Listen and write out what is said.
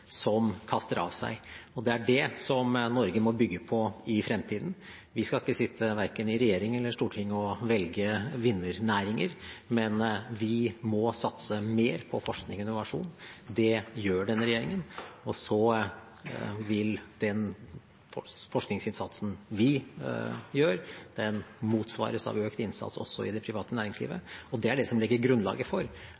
kaster av seg. Det er det Norge må bygge på i fremtiden. Vi skal ikke sitte verken i regjering eller i storting og velge vinnernæringer, men vi må satse mer på forskning og innovasjon. Det gjør denne regjeringen. Så vil den forskningsinnsatsen vi gjør, motsvares av økt innsats også i det private næringslivet.